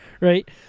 Right